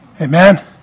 Amen